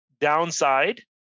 downside